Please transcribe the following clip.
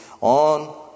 on